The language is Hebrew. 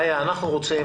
איה, אנחנו רוצים